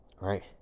right